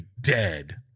dead